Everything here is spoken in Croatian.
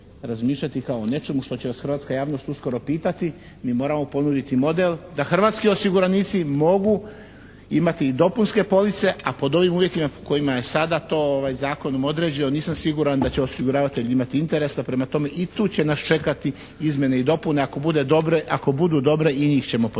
razmišljati kao o nečemu što će vas hrvatska javnost uskoro pitati. Mi moramo ponuditi model da hrvatski osiguranici mogu imati i dopunske police, a pod ovim uvjetima kojima je sada to zakonom određeno, nisam siguran da će osiguravatelj imati interesa. Prema tome i tu će nas čekati izmjene i dopune ako budu dobre i njih ćemo podržavati.